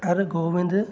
हर गोबिंद